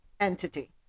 entity